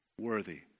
worthy